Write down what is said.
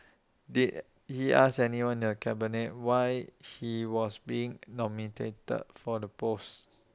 did he ask anyone in the cabinet why he was being nominated for the post